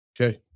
Okay